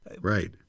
Right